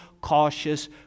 cautious